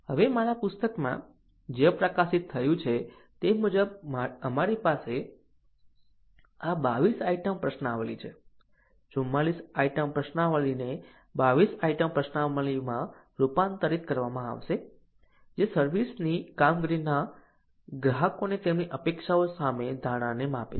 હવે મારા પુસ્તકમાં જે પ્રકાશિત થયું છે તે મુજબ અમારી પાસે આ 22 આઇટમ પ્રશ્નાવલી છે 44 આઇટમ પ્રશ્નાવલીને 22 આઇટમ પ્રશ્નાવલીમાં રૂપાંતરિત કરવામાં આવશે જે સર્વિસ ની કામગીરીની ગ્રાહકોની તેમની અપેક્ષાઓ સામે ધારણાને માપે છે